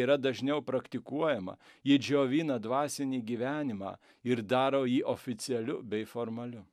yra dažniau praktikuojama ji džiovina dvasinį gyvenimą ir daro jį oficialiu bei formaliu